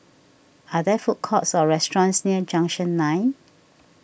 are there food courts or restaurants near Junction nine